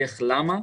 איך ולמה.